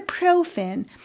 ibuprofen